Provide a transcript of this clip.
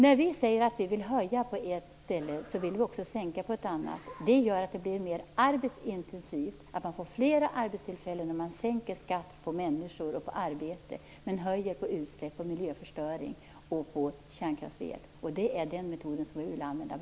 När vi säger att vi vill höja på ett ställe vill vi också sänka på ett annat. Det gör att det blir mer arbetsintensivt. Man får flera arbetstillfällen när man sänker skatten när det gäller människor och arbete men höjer den när det gäller utsläpp, miljöförstöring och kärnkraftsel. Det är den metoden som vi vill använda.